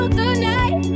tonight